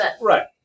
Right